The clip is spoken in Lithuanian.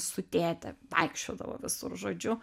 su tėte vaikščiodavo visur žodžiu